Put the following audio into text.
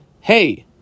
hey